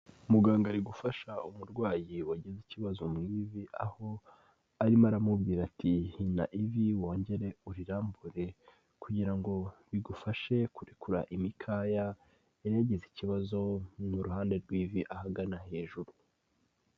Muganga ari gufasha umurwayi wagize ikibazo mu ivi, aho arimo aramubwira ati hina ivi wongere urirambure kugira ngo bigufashe kurekura imikaya, yari yagize ikibazo mu ruhande rw'ivi ahagana hejuru.